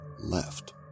left